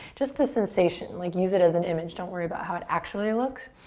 just the sensation, like use it as an image. don't worry about how it actually looks.